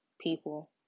people